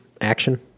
Action